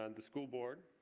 and the school board,